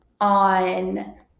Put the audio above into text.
on